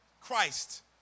Christ